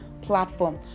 Platform